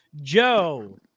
Joe